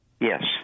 Yes